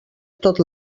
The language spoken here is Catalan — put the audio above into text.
tot